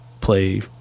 play